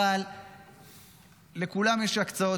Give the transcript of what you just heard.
אבל לכולם יש הקצאות.